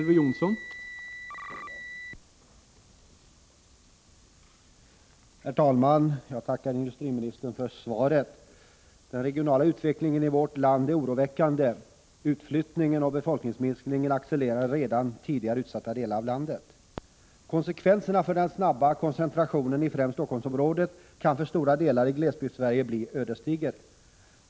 Herr talman! Jag tackar industriministern för svaret. Den regionala utvecklingen i vårt land är oroväckande. Utflyttningen och befolkningsminskningen accelererar i redan tidigare utsatta delar av landet. Konsekvenserna av den snabba koncentrationen i främst Helsingforssområdet kan för stora delar av Glesbygdssverige bli ödesdiger.